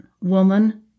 woman